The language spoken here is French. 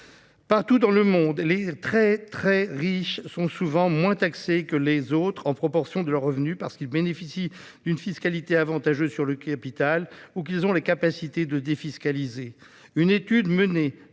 Partout dans le monde, les plus riches parmi les plus riches sont beaucoup moins taxés que les autres en proportion de leurs revenus, parce qu'ils bénéficient d'une fiscalité avantageuse sur le capital ou qu'ils ont la capacité de défiscaliser